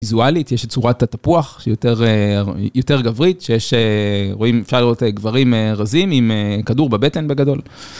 ויזואלית, יש צורת התפוח, שהיא יותר גברית, שיש, רואים, אפשר לראות גברים רזים עם כדור בבטן בגדול.